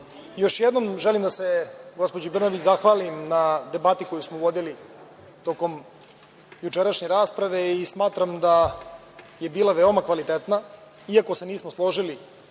još jednom želim da se gospođi Brnabić zahvalim na debati koju smo vodili tokom jučerašnje rasprave i smatram da je bila veoma kvalitetna. Iako se nismo složili